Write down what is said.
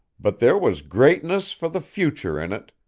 but there was greatness for the future in it.